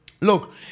Look